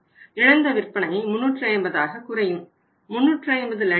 இழந்த விற்பனை 350 ஆக குறையும் 350 லட்சங்கள்